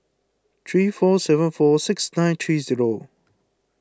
three four seven four six nine three zero